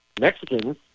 Mexicans